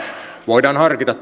voidaan harkita